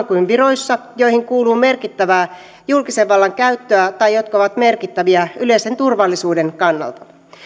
kuin viroissa joihin kuuluu merkittävää julkisen vallan käyttöä tai jotka ovat merkittäviä yleisen turvallisuuden kannalta